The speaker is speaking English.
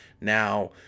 Now